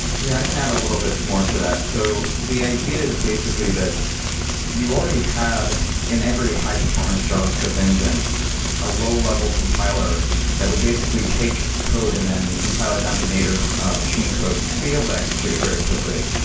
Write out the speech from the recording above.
yeah, i can add a little bit more to that. so the idea is basically that you already had in every high performance javascript engine a low-level compiler that would basically take code and then compile it down to native machine code and and be able to execute it very quickly.